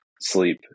sleep